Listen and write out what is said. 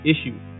issue